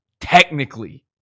technically